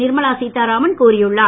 நிர்மலா சீத்தாராமன் கூறியுள்ளார்